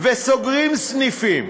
וסוגרים סניפים,